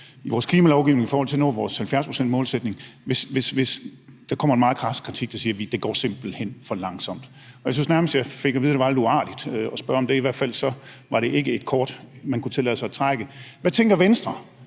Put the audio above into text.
i vores klimalovgivning i forhold til at nå vores 70-procentsmålsætning simpelt hen er for langsomt. Jeg synes nærmest, jeg fik at vide, at det var lidt uartigt at spørge om det – i hvert fald var det ikke et kort, man kunne tillade sig at trække. Hvad tænker Venstre?